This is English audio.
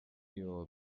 your